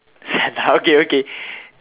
okay okay